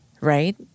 right